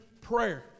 prayer